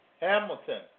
Hamilton